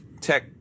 tech